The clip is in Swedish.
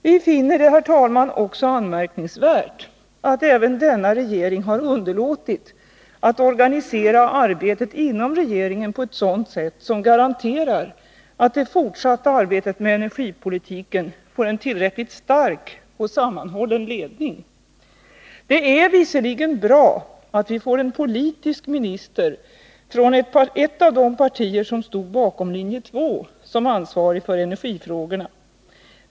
Vi finner det också anmärkningsvärt, herr talman, att även denna regering har underlåtit att organisera arbetet inom regeringen på ett sådant sätt som garanterar att det fortsatta arbetet med energipolitiken får en tillräckligt stark och sammahållen ledning. Det är visserligen bra att vi får en politisk minister från ett av de partier som stod bakom linje 2 som ansvarig för energifrågorna.